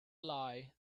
lie